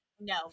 No